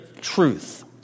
truth